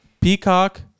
Peacock